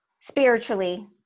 spiritually